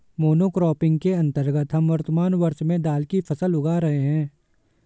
monocropping के अंतर्गत हम वर्तमान वर्ष में दाल की फसल उगा रहे हैं